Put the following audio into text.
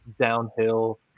downhill